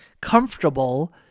comfortable